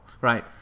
Right